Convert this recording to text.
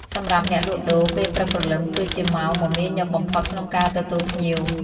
សម្រាប់អ្នកលក់ដូរ ពេលព្រឹកព្រលឹមគឺជាម៉ោងមមាញឹកបំផុតក្នុងការទទួលភ្ញៀវ។